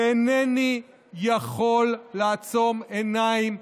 ואינני יכול לעצום עיניים,